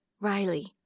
Riley